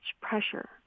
pressure